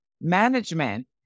management